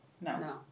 no